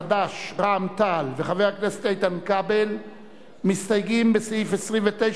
קבוצת סיעת חד"ש וקבוצת סיעת רע"ם-תע"ל ושל חבר הכנסת איתן כבל לסעיף 7